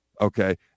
Okay